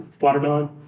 watermelon